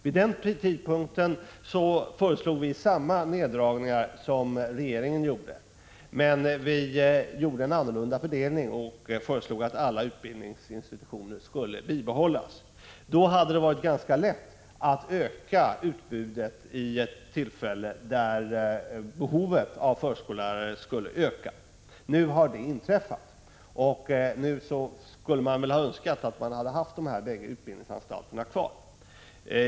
Vid tidpunkten för beslutet föreslog vi samma neddragningar som regeringen föreslog, men vi gjorde en annorlunda fördelning och förordade att alla utbildningsinstitutioner skulle bibehållas. Om man gjort på det sättet hade det varit ganska lätt att vidga utbudet för den händelse behovet av förskollärare skulle öka. Nu har det inträffat att 7 behovet ökat, och man önskar väl att man hade haft dessa bägge utbildningsanstalter kvar.